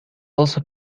also